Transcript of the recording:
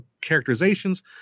characterizations